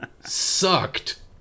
sucked